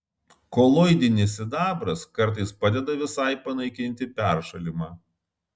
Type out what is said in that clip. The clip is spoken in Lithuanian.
koloidinis sidabras kartais padeda visai panaikinti peršalimą